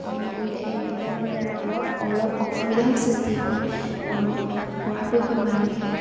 কিন্তু উদ বিজ্ঞানৰ দ্বাৰা অলপ অলপ অসুবিধাও সৃষ্টি হয় আৰু পৰাপক্ষত মানুহে